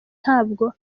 nabwo